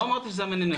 לא אמרתי שזה המניע.